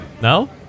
No